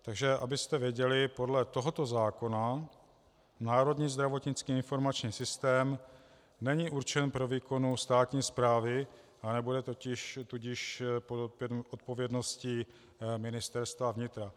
Takže abyste věděli, podle tohoto zákona národní zdravotnický informační systém není určen pro výkon státní správy, a nebude tudíž odpovědností Ministerstva vnitra.